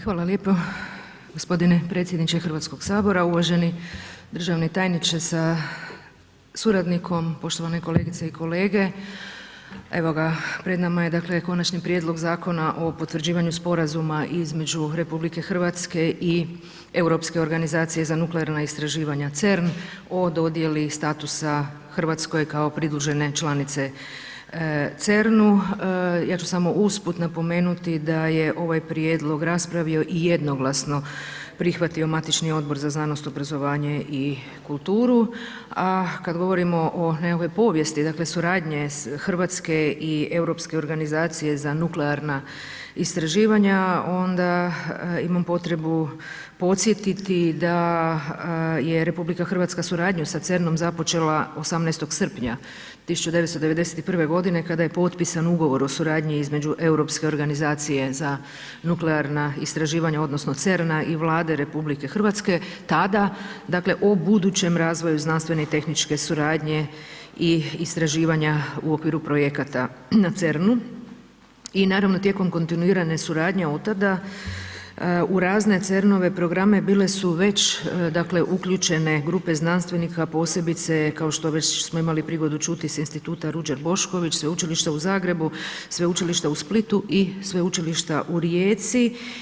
Hvala lijepo gospodine predsjedniče Hrvatskog sabora, uvaženi državni tajniče sa suradnikom, poštovane kolegice i kolege, evo ga pred nama je dakle Konačni prijedlog Zakona o potvrđivanju sporazuma između RH i Europske organizacije za nuklearna istraživanja (CERN) o dodjeli statusa Hrvatskoj kao pridružene članice CERN-u, ja ću samo usput napomenuti da je ovaj prijedlog raspravio i jednoglasno prihvatio matični Odbor za znanost, obrazovanje i kulturu, a kad govorimo o nekakvoj povijesti dakle suradnje Hrvatske i Europske organizacije za nuklearna istraživanja onda imam potrebu podsjetiti da je RH suradnju sa CERN-om započela 18. srpnja 1991. godine kada je potpisan ugovor o suradnji između Europske organizacije za nuklearna istraživanja odnosno CERN-a i Vlade RH tada dakle o budućem razvoju znanstvene i tehničke suradnje i istraživanja u okviru projekata na CERN-u. i naravno tijekom kontinuirane suradnje od tada u razne CERN-ove programe bile su već dakle uključene grupe znanstvenika, posebice kao što već smo imali priliku čuti sa Instituta Ruđer Bošković, Sveučilišta u Zagrebu, Sveučilišta u Splitu i Sveučilišta u Rijeci.